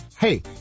Hey